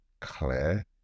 clear